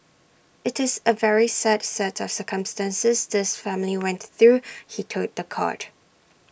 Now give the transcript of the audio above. IT is A very sad set of circumstances this family went through he told The Court